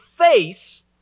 face